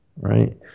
right